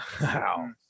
Wow